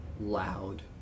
loud